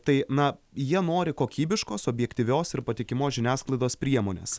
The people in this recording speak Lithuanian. tai na jie nori kokybiškos objektyvios ir patikimos žiniasklaidos priemonės